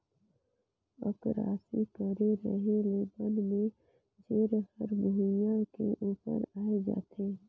अकरासी करे रहें ले बन में जेर हर भुइयां के उपरे आय जाथे